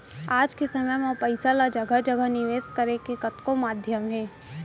आज के समे म पइसा ल जघा जघा निवेस करे के कतको माध्यम हे